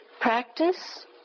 practice